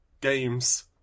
games